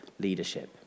Leadership